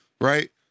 right